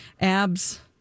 abs